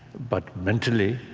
but mentally